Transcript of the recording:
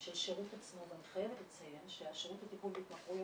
של השירות עצמו ואני חייבת לציין שהשירות לטיפול בהתמכרויות